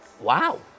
Wow